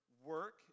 Work